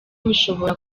bishobora